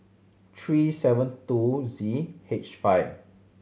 three seven two Z H five